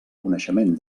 coneixement